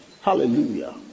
Hallelujah